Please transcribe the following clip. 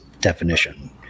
definition